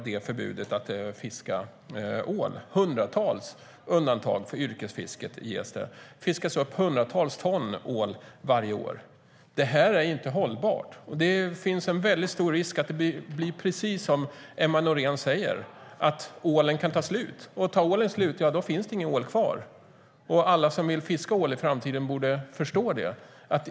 Det ges hundratals undantag för yrkesfisket. Hundratals ton ål fiskas upp varje år. Det här är inte hållbart. Det finns en väldigt stor risk att det blir precis som Emma Nohrén säger, att ålen tar slut. Och tar ålen slut finns det ingen ål kvar. Alla som vill fiska ål i framtiden borde förstå det.